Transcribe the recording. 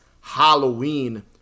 halloween